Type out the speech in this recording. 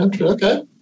Okay